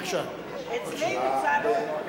אצלנו צרות?